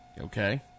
Okay